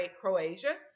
Croatia